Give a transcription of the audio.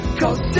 cause